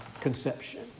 conception